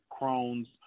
Crohn's